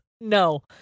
No